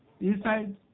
inside